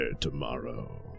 tomorrow